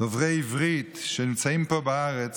דוברי עברית שנמצאים פה בארץ,